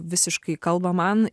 visiškai kalba man